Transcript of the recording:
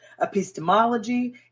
epistemology